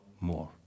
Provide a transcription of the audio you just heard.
more